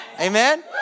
Amen